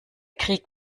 krieg